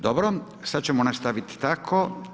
Dobro, sada ćemo nastaviti tako.